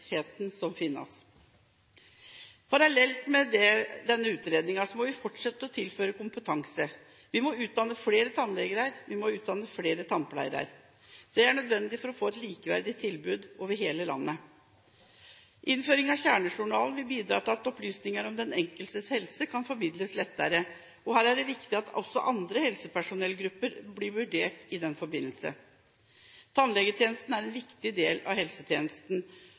som finnes. Parallelt med denne utredningen må vi forsette å tilføre kompetanse, vi må utdanne flere tannleger, og vi må utdanne flere tannpleiere. Det er nødvendig for å få et likeverdig tilbud over hele landet. Innføringen av kjernejournalen vil bidra til at opplysninger om den enkeltes helse kan formidles lettere, og her er det viktig at også andre helsepersonellgrupper blir vurdert i den forbindelse. Tannlegetjenesten er en viktig del av helsetjenesten,